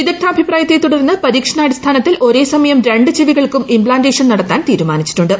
വിദഗ്ധാഭിപ്രായത്തെ തുടർന്ന് പരീക്ഷണാടിസ്ഥാനത്തിൽ ഒരേ സമയം രണ്ട് ചെവികൾക്കും ഇംപ്ലാന്റേഷൻ നടത്താൻ തീരുമാനിച്ചിട്ടുണ്ട്